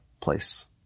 place